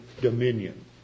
dominion